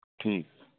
ठीक